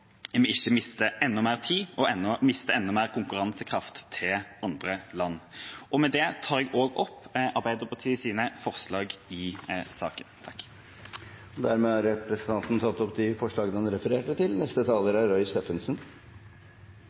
vi ikke mister enda mer tid og konkurransekraft til andre land. Med dette tar jeg opp forslagene som Arbeiderpartiet er med på å fremme i innstillinga. Representanten Torstein Tvedt Solberg har da tatt opp de forslagene han refererte til. Fremskrittspartiet er